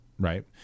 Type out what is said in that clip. right